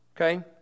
Okay